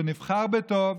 שנבחר בטוב,